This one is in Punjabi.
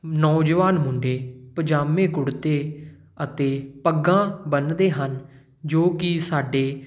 ਨੌਜਵਾਨ ਮੁੰਡੇ ਪਜਾਮੇ ਕੁੜਤੇ ਅਤੇ ਪੱਗਾਂ ਬੰਨਦੇ ਹਨ ਜੋ ਕਿ ਸਾਡੇ